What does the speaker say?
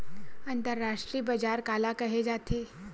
अंतरराष्ट्रीय बजार काला कहे जाथे?